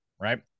right